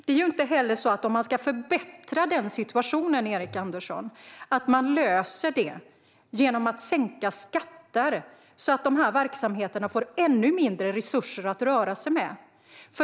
Det är inte heller så, Erik Andersson, att man kan förbättra denna situation genom att sänka skatter så att dessa verksamheter får ännu mindre resurser att röra sig med.